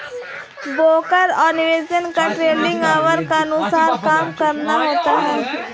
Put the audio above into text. broker और निवेशक को ट्रेडिंग ऑवर के अनुसार काम करना होता है